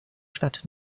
stadt